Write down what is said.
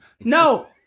No